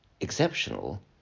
exceptional